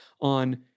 on